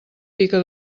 pica